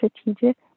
strategic